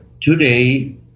today